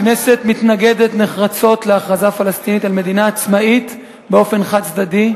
הכנסת מתנגדת נחרצות להכרזה פלסטינית על מדינה עצמאית באופן חד-צדדי,